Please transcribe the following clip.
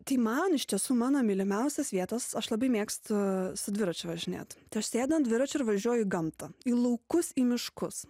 tai man iš tiesų mano mylimiausios vietos aš labai mėgstu su dviračiu važinėt tai aš sėdu ant dviračio ir važiuoju į gamtą į laukus į miškus